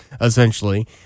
essentially